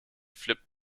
flip